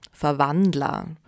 Verwandler